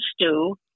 stew